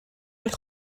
eich